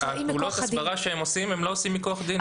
פעולות הסברה שהם עושים הם לא עושים מכוח דין.